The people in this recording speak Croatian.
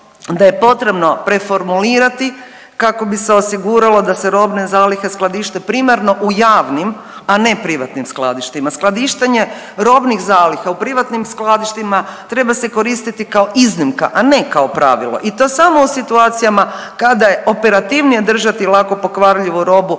da je potrebno preformulirati kako bi se osiguralo da se robne zalihe skladište primarno u javnim, a ne privatnim skladištima. Skladištenje robnih zaliha u privatnim skladištima treba se koristiti kao iznimka, a ne kao pravilo i to samo u situacijama kada je operativnije držati lako pokvarljivu robu